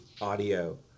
audio